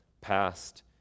past